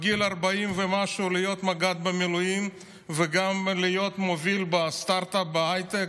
בגיל 40 ומשהו להיות מג"ד במילואים וגם להיות מוביל בסטרטאפ בהייטק,